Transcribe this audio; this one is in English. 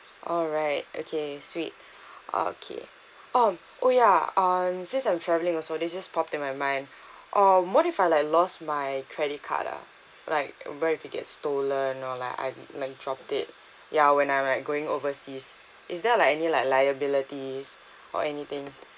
alright okay sweet okay um oh ya um since I'm travelling also this just popped in my mind um what if I like lost my credit card ah like what if it get stolen or like I like dropped it ya when I'm like going overseas is there like any like liabilities or anything